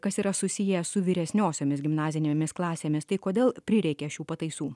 kas yra susiję su vyresniosiomis gimnazijomis klasėmis tai kodėl prireikė šių pataisų